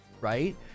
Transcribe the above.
right